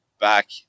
back